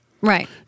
right